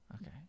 Okay